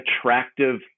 attractive